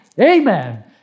Amen